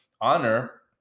honor